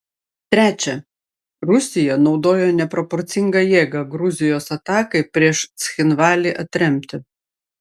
trečia rusija naudojo neproporcingą jėgą gruzijos atakai prieš cchinvalį atremti